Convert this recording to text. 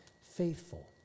faithful